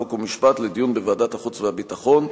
חוק ומשפט לדיון בוועדת החוץ והביטחון.